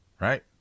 Right